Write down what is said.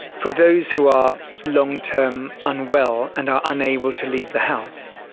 for those who are long-term unwell and are unable to leave the house,